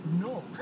No